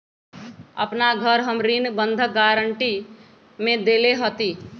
अपन घर हम ऋण बंधक गरान्टी में देले हती